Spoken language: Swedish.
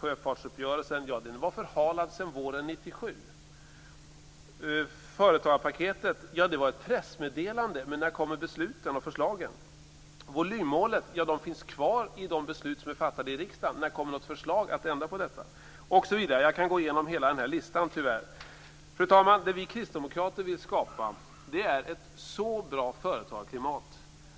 Sjöfartsuppgörelsen hade förhalats sedan våren 1997. Det kom ett pressmeddelande om företagarpaketet, men när kommer besluten och förslagen? Volymmålen finns kvar i de beslut som är fattade i riksdagen. När kommer ett förslag som ändrar på detta? Jag kan tyvärr gå igenom hela denna lista på samma sätt. Fru talman! Det vi kristdemokrater vill skapa är ett så bra företagarklimat